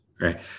Right